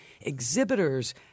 exhibitors